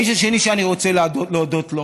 האיש השני שאני רוצה להודות לו